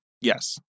Yes